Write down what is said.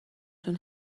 تون